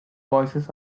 voices